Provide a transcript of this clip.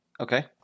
Okay